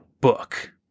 book